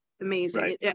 amazing